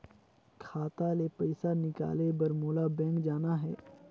खाता ले पइसा निकाले बर मोला बैंक जाना हे?